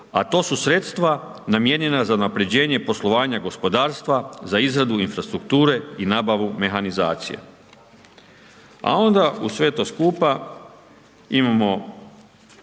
a to su sredstva namijenjena za unaprjeđenje poslovanja gospodarstva, za izradu infrastrukture i nabavu mehanizacije. A onda uz sve to skupa imamo